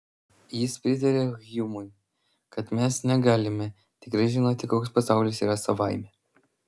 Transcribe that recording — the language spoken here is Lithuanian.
jis pritaria hjumui kad mes negalime tikrai žinoti koks pasaulis yra savaime